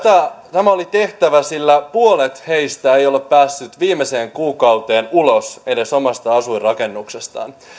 tämä oli tehtävä sillä puolet heistä ei ei ole päässyt viimeiseen kuukauteen ulos edes omasta asuinrakennuksestaan